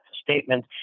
statement